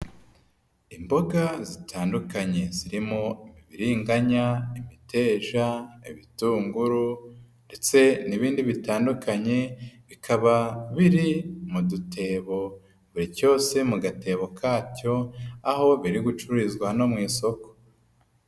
Imboga zitandukanye zirimo ibibiringanya, imiteja, ibitunguru ndetse n'ibindi bitandukanye bikaba biri mu dutebo, buri cyose mu gatebo kacyo aho biri gucururizwa no mu isoko.